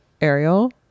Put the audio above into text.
ariel